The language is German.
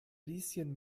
lieschen